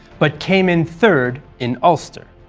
but came in third in ulster.